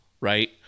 right